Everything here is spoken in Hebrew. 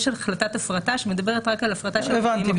יש החלטת הפרטה שמדברת רק על הפרטה של 40%. הבנתי,